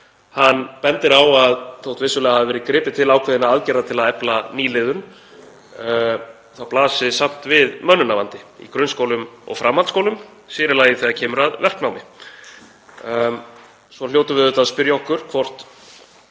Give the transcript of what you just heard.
Hann bendir á að þótt vissulega hafi verið gripið til ákveðinna aðgerða til að efla nýliðun þá blasi samt við mönnunarvandi í grunnskólum og framhaldsskólum, sér í lagi þegar kemur að verknámi. Svo hljótum við auðvitað að spyrja okkur hvort